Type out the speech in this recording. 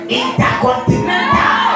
intercontinental